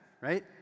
Right